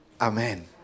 Amen